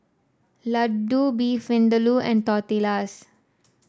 Ladoo Beef Vindaloo and Tortillas